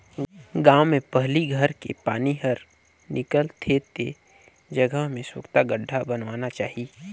गांव में पहली घर के पानी हर निकल थे ते जगह में सोख्ता गड्ढ़ा बनवाना चाहिए